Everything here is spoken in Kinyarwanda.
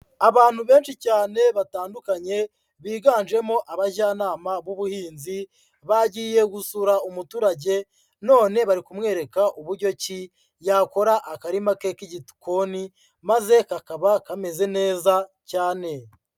Abantu benshi cyane batandukanye biganjemo abajyanama b'ubuhinzi, bagiye gusura umuturage none bari kumwereka uburyo yakora ki yakora akarima ke k'igikoni, maze kakaba kameze neza cyane.